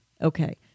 Okay